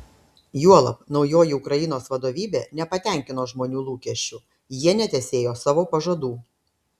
juolab naujoji ukrainos vadovybė nepatenkino žmonių lūkesčių jie netesėjo savo pažadų